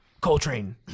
Coltrane